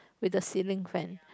with the ceiling fans